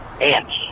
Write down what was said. ants